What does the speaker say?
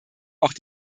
auch